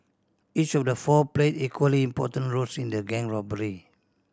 each of the four played equally important roles in the gang robbery